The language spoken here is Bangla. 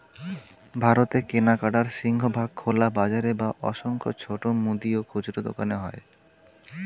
ভারতে কেনাকাটার সিংহভাগ খোলা বাজারে বা অসংখ্য ছোট মুদি ও খুচরো দোকানে হয়